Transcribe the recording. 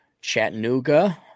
Chattanooga